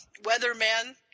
weatherman